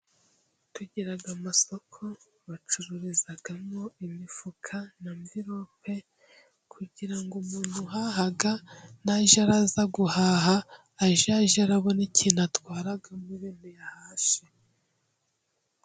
Tugira amasoko bacururizamo imifuka na nvirope kugira ngo umuntu uhaha naja aza guhaha ajye abona ikintu atwaramo ibintu ahashye.